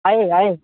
आहे आहे